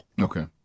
Okay